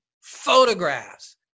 photographs